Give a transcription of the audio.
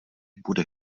bude